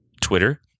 Twitter